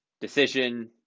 decision